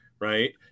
right